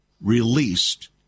released